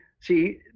See